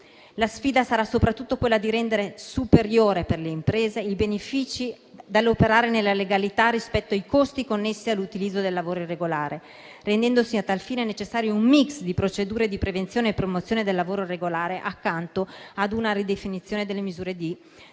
La sfida sarà soprattutto quella di rendere superiore per le imprese i benefici dell'operare nella legalità rispetto ai costi connessi all'utilizzo del lavoro irregolare, rendendosi a tal fine necessario un *mix* di procedure di prevenzione e promozione del lavoro regolare accanto a una ridefinizione delle misure di deterrenza.